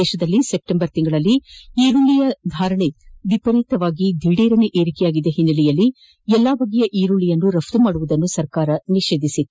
ದೇಶದಲ್ಲಿ ಸೆಪ್ವೆಂಬರ್ನಲ್ಲಿ ಈರುಳ್ಳಿಯ ಬೆಲೆ ದಿಢೀರನೆ ವಿಪರೀತ ಏರಿಕೆಯಾಗಿದ್ದ ಹಿನ್ನೆಲೆಯಲ್ಲಿ ಎಲ್ಲಾ ಬಗೆಯ ಈರುಳ್ಳಿ ರಫ್ತು ಮಾಡುವುದನ್ನು ಸರ್ಕಾರ ನಿಷೇಧಿಸಿತ್ತು